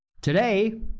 Today